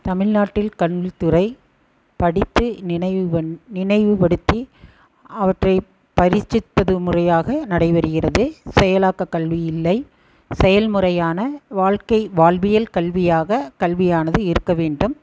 தமிழ்நாட்டில் கல்வித்துறை படித்து நினைவு பண் நினைவுப்படுத்தி அவற்றை பரிட்சிப்பது முறையாக நடைபெறுகிறது செயலாக்கக் கல்வி இல்லை செயல்முறையான வாழ்க்கை வாழ்வியல் கல்வியாக கல்வியானது இருக்க வேண்டும்